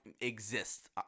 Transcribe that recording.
exist